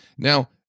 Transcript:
Now